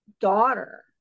daughter